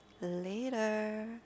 Later